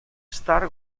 star